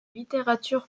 littérature